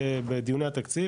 בדיוני התקציב,